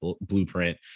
blueprint